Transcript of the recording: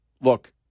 Look